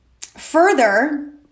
Further